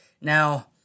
Now